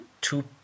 two